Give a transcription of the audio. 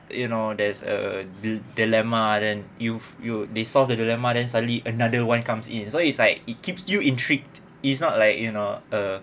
you know there's a di~ dilemma then !whew! !whew! they solve the dilemma then suddenly another one comes in so it's like it keeps you intrigued it's not like you know uh